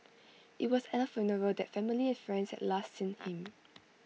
IT was at her funeral that family and friends had last seen him